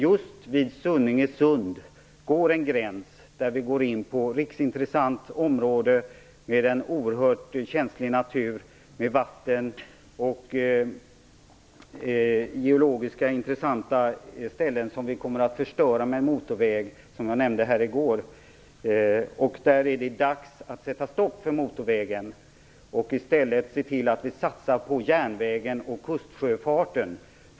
Just vid Sunninge-Sund går en gräns där vi går in på ett riksintressant område med en oerhört känslig natur med vatten och geologiskt intressanta ställen som vi kommer att förstöra med en motorväg, som jag nämnde här i går. Det är dags att sätta stopp för motorvägen och i stället se till att vi satsar på järnvägen och kustsjöfarten.